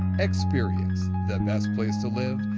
experience the best place to live,